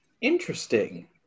Interesting